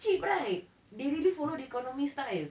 cheap right they really follow the economy style